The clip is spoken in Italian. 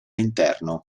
interno